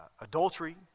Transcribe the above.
adultery